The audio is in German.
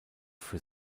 für